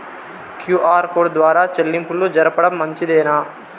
QR code ద్వారా చెల్లింపులు జరపడం మంచిదేనా?